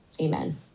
amen